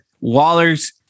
Wallers